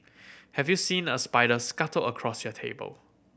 have you seen a spider scuttle across your table